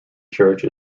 church